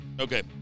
Okay